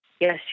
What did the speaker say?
Yes